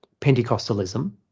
Pentecostalism